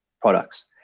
products